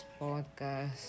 podcast